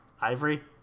Ivory